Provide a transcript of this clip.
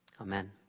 Amen